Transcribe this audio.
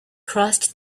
crossed